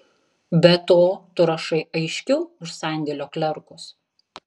be to tu rašai aiškiau už sandėlio klerkus